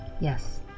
Yes